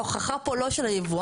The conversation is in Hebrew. ההוכחה פה לא של היבואן.